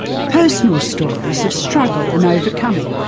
personal stories of struggle and overcoming.